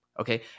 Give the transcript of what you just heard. okay